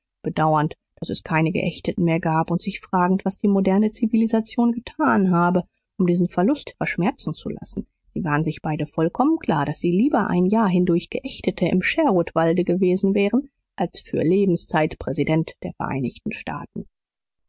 bedauernd daß es keine geächteten mehr gab und sich fragend was die moderne zivilisation getan habe um diesen verlust verschmerzen zu lassen sie waren sich beide vollkommen klar daß sie lieber ein jahr hindurch geächtete im sherwood walde gewesen wären als für lebenszeit präsident der vereinigten staaten